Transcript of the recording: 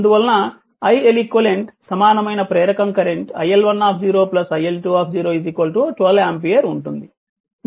అందువలన iLeq సమానమైన ప్రేరకం కరెంట్ iL1 iL2 12 ఆంపియర్ ఉంటుంది